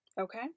Okay